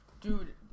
Dude